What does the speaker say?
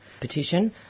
petition